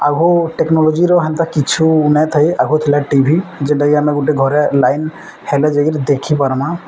ଆଗୁ ଟେକ୍ନୋଲୋଜିର ହେନ୍ତା କିଛି ନାଇଁ ଥାଇ ଆଗୁ ଥିଲା ଟି ଭି ଯେନ୍ଟାକି ଆମେ ଗୋଟେ ଘରେ ଲାଇନ୍ ହେଲେ ଯାଇକିରି ଦେଖିପାର୍ମା